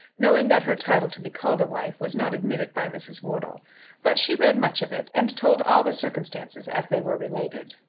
knowing that her title to be called a wife was not admitted by mrs. wortle but she read much of it, and told all the circumstances as they were related.